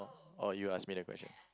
or you ask me the question